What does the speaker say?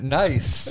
nice